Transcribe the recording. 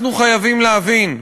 אנחנו חייבים להבין,